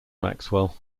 maxwell